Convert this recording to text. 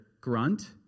grunt